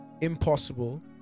impossible